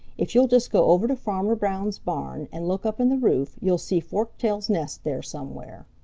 if you'll just go over to farmer brown's barn and look up in the roof, you'll see forktail's nest there somewhere.